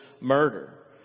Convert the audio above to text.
murder